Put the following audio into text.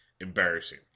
Embarrassing